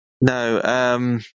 No